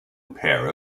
pair